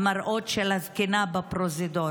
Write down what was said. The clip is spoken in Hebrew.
המראות של הזקנה בפרוזדור.